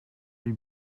deux